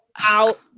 out